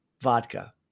vodka